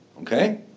okay